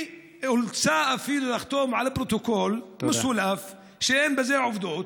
היא אולצה אפילו לחתום על פרוטוקול מסולף שאין בו עובדות.